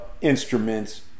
instruments